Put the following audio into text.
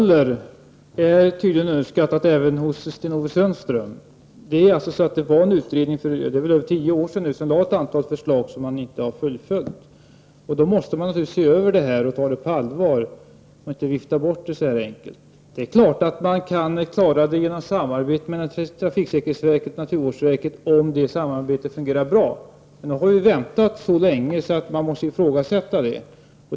Herr talman! Beträffande buller vill jag säga följande till Sten-Ove Sundström. För över tio sedan lade en utredning fram ett antal förslag som inte har fullföljts. Därför måste man naturligtvis se över detta problem. ta det på allvar och inte vifta bort det så enkelt. Det är klart att man kan klara det genom samarbete mellan trafiksäkerhetsverket och naturvårdsverket om det samarbetet fungerar bra. Men nu har vi väntat så länge att man måste ifrågasätta det.